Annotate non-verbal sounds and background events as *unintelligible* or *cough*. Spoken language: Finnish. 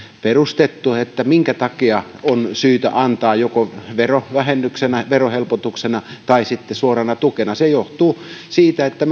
perustettu minkä takia on syytä antaa joko verovähennyksenä verohelpotuksena tai sitten suorana tukena se johtuu siitä että *unintelligible*